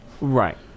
right